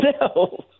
No